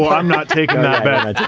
um i'm not taking that bet.